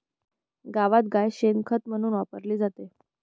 गावात गाय शेण खत म्हणून वापरली जाते